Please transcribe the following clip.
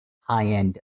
high-end